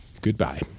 Goodbye